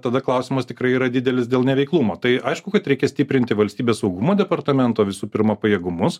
tada klausimas tikrai yra didelis dėl neveiklumo tai aišku kad reikia stiprinti valstybės saugumo departamento visų pirma pajėgumus